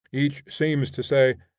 each seems to say,